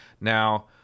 Now